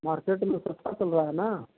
market में सस्ता चल रहा है न